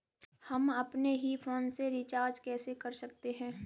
हम अपने ही फोन से रिचार्ज कैसे कर सकते हैं?